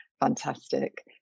fantastic